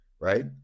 right